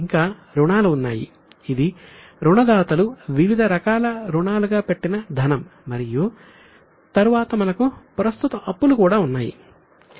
ఇంకా రుణాలు ఉన్నాయి ఇది రుణదాతలు వివిధ రకాల రుణాలుగా పెట్టిన ధనం మరియు తరువాత మనకు ప్రస్తుత అప్పులు కూడా ఉన్నాయి